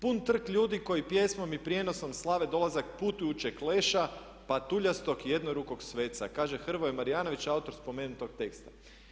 Pun trg ljudi koji pjesmom i prijenosom slave dolazak putujućeg leša patuljastog i jednorukog sveca, kaže Hrvoje Marjanović autor spomenutog teksta.